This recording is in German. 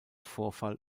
vorfall